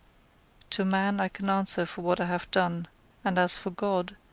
to man i can answer for what i have done and as for god,